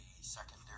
secondary